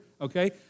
Okay